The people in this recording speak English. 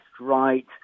right